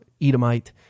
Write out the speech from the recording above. Edomite